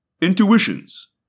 Intuitions